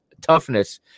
toughness